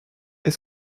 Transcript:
est